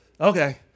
okay